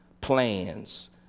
plans